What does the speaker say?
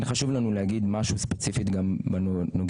כן חשוב לנו להגיד משהו ספציפי גם בנוגע